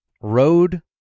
road